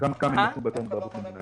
כמה הם לקחו מן הקרן בערבות מדינה,